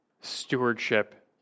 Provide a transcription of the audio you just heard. stewardship